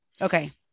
Okay